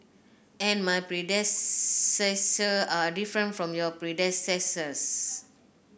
and my are different from your predecessors